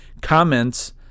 Comments